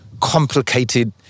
complicated